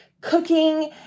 cooking